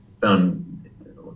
found